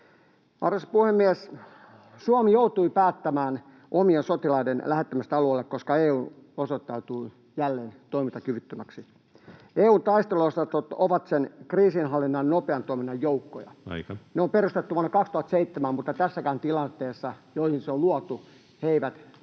Arvoisa puhemies! Suomi joutui päättämään omien sotilaiden lähettämisestä alueelle, koska EU osoittautui jälleen toimintakyvyttömäksi. EU:n taisteluosastot ovat sen kriisinhallinnan nopean toiminnan joukkoja. [Puhemies: Aika!] Ne on perustettu vuonna 2007, mutta tässäkään tilanteessa, jollaisiin ne on luotu, ne eivät toimi.